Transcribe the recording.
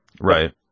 Right